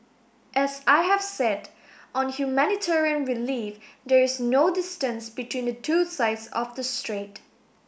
as I have said on humanitarian relief there is no distance between the two sides of the strait